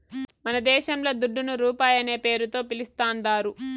మనదేశంల దుడ్డును రూపాయనే పేరుతో పిలుస్తాందారు